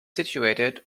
situated